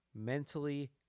mentally